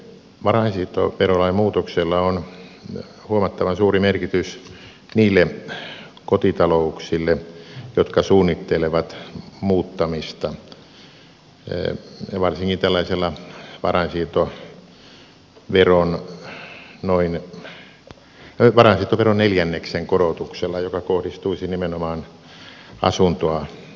varainsiirtoverolain muutoksella on huomattavan suuri merkitys niille kotitalouksille jotka suunnittelevat muuttamista varsinkin tällaisella varainsiirtoveron neljänneksen korotuksella joka kohdistuisi nimenomaan asuntoa vaihtaviin